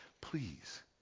Please